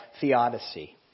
theodicy